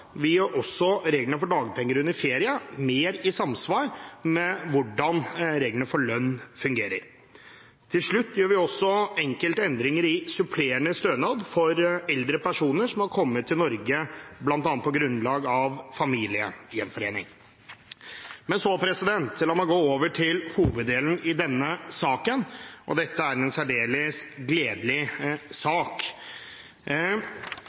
Vi gjør også reglene for dagpenger under ferie mer i samsvar med hvordan reglene for lønn fungerer. Til slutt gjør vi også enkelte endringer i supplerende stønad for eldre personer som er kommet til Norge bl.a. på grunnlag av familiegjenforening. La meg så gå over til hoveddelen i denne saken. Dette er en særdeles gledelig sak.